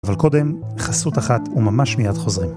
אבל קודם חסות אחת וממש מיד חוזרים.